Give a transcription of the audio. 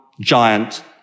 giant